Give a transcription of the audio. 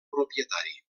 propietari